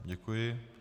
Děkuji.